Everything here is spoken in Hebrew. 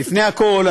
לפני הכול,